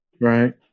right